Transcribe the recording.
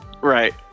Right